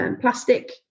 plastic